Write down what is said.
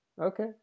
Okay